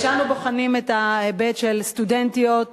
כשאנו בוחנים את ההיבט של סטודנטיות,